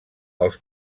els